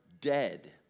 dead